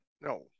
No